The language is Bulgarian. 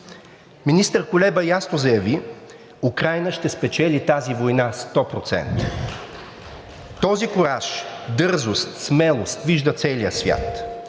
Министър Кулеба ясно заяви: „Украйна ще спечели тази война – 100%.“ Този кураж, дързост, смелост вижда целият свят.